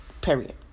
period